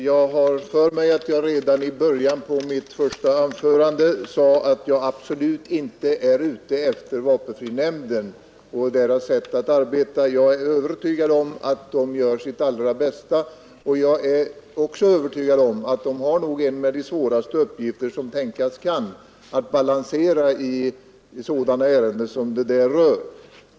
Herr talman! Jag tror att jag redan i början av mitt första anförande sade att jag absolut inte är ute efter vapenfrinämnden och dess sätt att arbeta. Jag är övertygad om att den gör sitt allra bästa, och jag är även övertygad om att den har en av de svåraste uppgifter som man kan tänka sig.